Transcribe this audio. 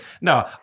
No